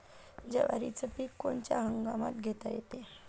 जवारीचं पीक कोनच्या हंगामात घेता येते?